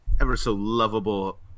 ever-so-lovable